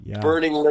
Burning